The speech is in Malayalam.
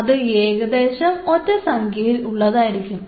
അത് ഏകദേശം ഒറ്റസംഖ്യയിൽ ഉള്ളതായിരിക്കും